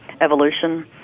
evolution